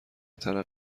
ترقه